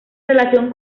relación